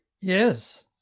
yes